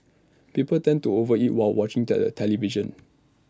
people tend to over eat while watching tele television